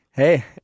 Hey